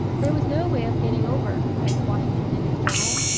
there was no way of getting over, writes washington in his journal,